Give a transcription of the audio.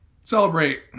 celebrate